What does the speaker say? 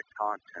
content